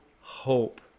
hope